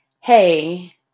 hey